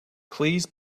please